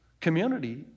community